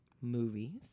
movies